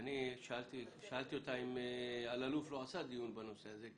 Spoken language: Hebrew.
שאלתי אותה אם חבר הכנסת אלאלוף לא עשה דיון בנושא הזה,